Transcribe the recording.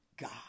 God